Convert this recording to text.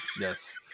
Yes